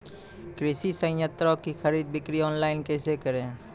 कृषि संयंत्रों की खरीद बिक्री ऑनलाइन कैसे करे?